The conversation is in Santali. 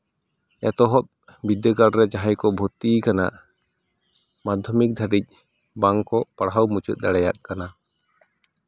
ᱮᱛᱚᱦᱚᱵ ᱵᱤᱫᱽᱫᱟᱹᱜᱟᱲ ᱨᱮ ᱡᱟᱦᱟᱸ ᱠᱚ ᱵᱷᱚᱨᱛᱤᱭ ᱠᱟᱱᱟ ᱢᱟᱫᱽᱫᱷᱚᱢᱤᱠ ᱫᱷᱟᱹᱵᱤᱡ ᱵᱟᱝ ᱠᱚ ᱯᱟᱲᱦᱟᱣ ᱢᱩᱪᱟᱹᱫ ᱫᱟᱲᱮᱭᱟᱜ ᱠᱟᱱᱟ